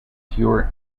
fewer